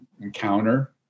encounter